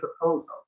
proposal